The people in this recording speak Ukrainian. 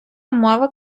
мова